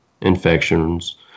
infections